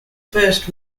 first